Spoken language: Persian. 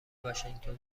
واشینگتن